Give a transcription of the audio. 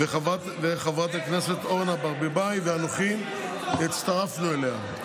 וחברת הכנסת אורנה ברביבאי ואנוכי הצטרפנו אליה.